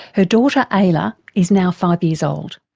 her daughter ayla is now five years old.